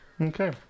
Okay